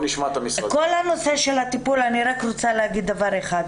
בכל הנושא של הטיפול אני רוצה להגיד דבר אחד.